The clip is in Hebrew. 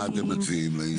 מה אתם מציעים לעניין?